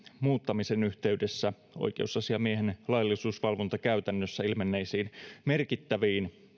muuttamisen yhteydessä oikeusasiamiehen laillisuusvalvontakäytännössä ilmenneisiin merkittäviin